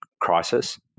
crisis